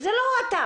וזה לא אתה.